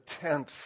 tenth